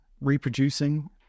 reproducing